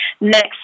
next